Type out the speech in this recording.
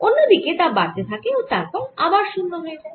অন্য দিকে তা বাড়তে থাকে ও তারপর আবার শূন্য হয়ে যায়